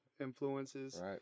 influences